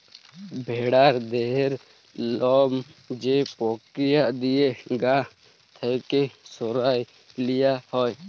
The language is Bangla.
ভেড়ার দেহের লম যে পক্রিয়া দিঁয়ে গা থ্যাইকে সরাঁয় লিয়া হ্যয়